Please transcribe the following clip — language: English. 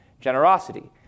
generosity